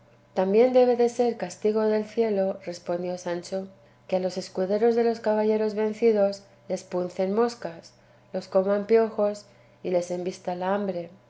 también debe de ser castigo del cielo respondió sancho que a los escuderos de los caballeros vencidos los puncen moscas los coman piojos y les embista la hambre